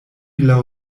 laŭ